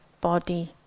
body